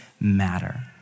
matter